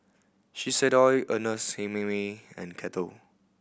Shiseido Ernest Hemingway and Kettle